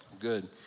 good